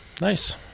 Nice